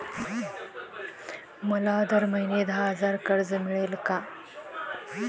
मला दर महिना दहा हजार कर्ज मिळेल का?